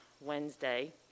Wednesday